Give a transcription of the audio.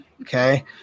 Okay